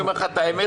אני אומר לך את האמת,